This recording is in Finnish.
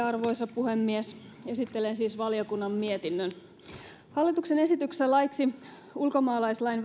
arvoisa puhemies esittelen siis valiokunnan mietinnön hallituksen esityksessä laiksi ulkomaalaislain